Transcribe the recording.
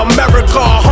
America